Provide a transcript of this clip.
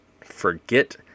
forget